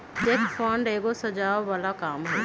cheque fraud एगो सजाओ बला काम हई